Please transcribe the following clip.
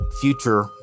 future